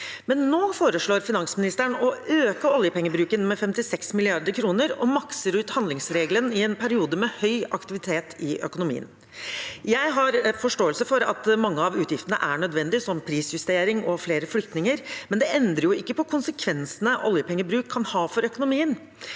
Nå foreslår finansministeren å øke oljepengebruken med 56 mrd. kr og makser ut handlingsregelen i en periode med høy aktivitet i økonomien. Jeg har forståelse for at mange av utgiftene er nødvendige, som til prisjustering og flere flyktninger, men det endrer jo ikke på konsekvensene oljepengebruk kan ha for økonomien.